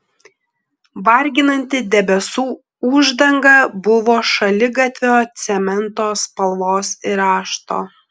varginanti debesų uždanga buvo šaligatvio cemento spalvos ir rašto